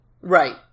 Right